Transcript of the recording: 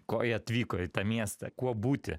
ko jie atvyko į tą miestą kuo būti